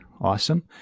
Awesome